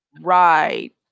Right